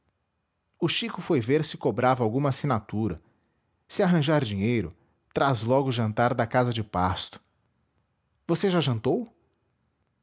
o chico foi ver se cobrava alguma assinatura se arranjar dinheiro traz logo o jantar da casa de pasto você já jantou